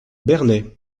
bernay